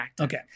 Okay